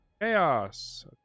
chaos